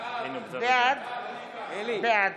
בעד